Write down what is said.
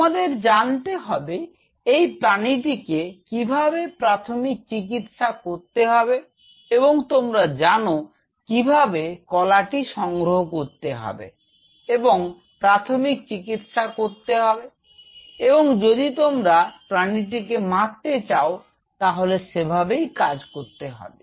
তোমাদের জানতে হবে এই প্রাণীটিকে কিভাবে প্রাথমিক চিকিৎসা করতে হবে এবং তোমরা জানো কিভাবে কলাটি সংগ্রহ করতে হবে এবং প্রাথমিক চিকিৎসা করতে হবে এবং যদি তোমরা প্রাণীটিকে মারতে চাও তাহলে সেভাবেই কাজ করতে হবে